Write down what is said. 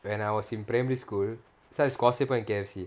when I was in primary school K_F_C